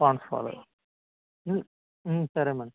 Pond's powder సరే madam